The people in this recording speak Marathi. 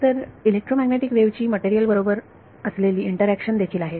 तर इलेक्ट्रोमॅग्नेटिक वेव्ह ची मटेरियल बरोबर असलेली इंटरॅक्शन देखील आहे